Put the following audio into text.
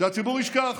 שהציבור ישכח,